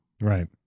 right